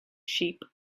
sheep